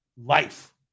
life